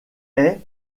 est